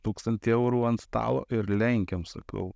tūkstantį eurų ant stalo ir lenkiam sakau